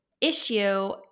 issue